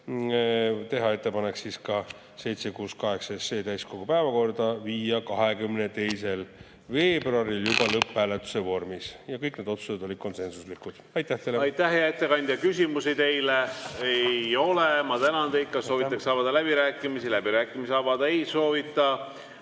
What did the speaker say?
teha ettepanek eelnõu 768 täiskogu päevakorda panna 22. veebruaril juba lõpphääletuse vormis. Kõik need otsused olid konsensuslikud. Aitäh! Aitäh, hea ettekandja! Küsimusi teile ei ole. Ma tänan teid. Kas soovitakse avada läbirääkimisi? Läbirääkimisi avada ei soovita.